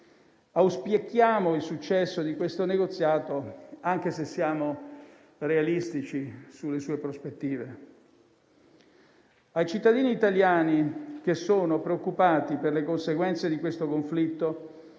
auspichiamo il successo di questo negoziato, anche se siamo realistici sulle sue prospettive. Ai cittadini italiani che sono preoccupati per le conseguenze di questo conflitto